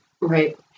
Right